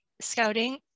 scouting